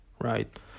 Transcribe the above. right